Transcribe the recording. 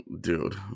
dude